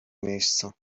miejscu